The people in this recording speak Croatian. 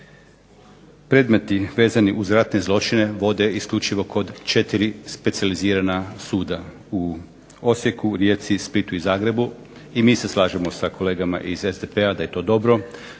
predmeti vezani uz ratne zločine vode isključivo kod četiri specijalizirana suda u Osijeku, Rijeci, Splitu i Zagrebu. I mi se slažemo sa kolegama iz SDP-a da je to dobro.